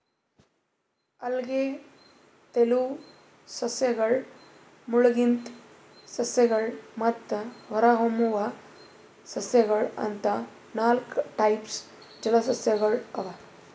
ಅಲ್ಗೆ, ತೆಲುವ್ ಸಸ್ಯಗಳ್, ಮುಳಗಿದ್ ಸಸ್ಯಗಳ್ ಮತ್ತ್ ಹೊರಹೊಮ್ಮುವ್ ಸಸ್ಯಗೊಳ್ ಅಂತಾ ನಾಲ್ಕ್ ಟೈಪ್ಸ್ ಜಲಸಸ್ಯಗೊಳ್ ಅವಾ